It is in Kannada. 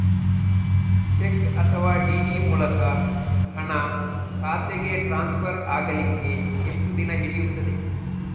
ಚೆಕ್ ಅಥವಾ ಡಿ.ಡಿ ಮೂಲಕ ಹಣ ಖಾತೆಗೆ ಟ್ರಾನ್ಸ್ಫರ್ ಆಗಲಿಕ್ಕೆ ಎಷ್ಟು ದಿನ ಹಿಡಿಯುತ್ತದೆ?